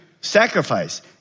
sacrifice